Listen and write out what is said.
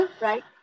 right